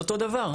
זה אותו דבר.